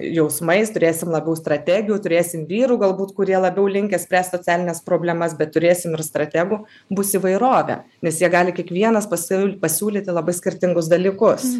jausmais turėsim labiau strategių turėsim vyrų galbūt kurie labiau linkę spręst socialines problemas bet turėsim ir strategų bus įvairovė nes jie gali kiekvienas pasil pasiūlyti labai skirtingus dalykus